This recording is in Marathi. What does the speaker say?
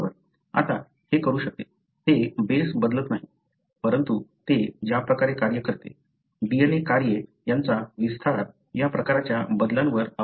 आता हे करू शकते ते बेस बदलत नाही परंतु ते ज्या प्रकारे कार्य करते DNA कार्ये यांचा विस्तार या प्रकारच्या बदलांवर अवलंबून आहे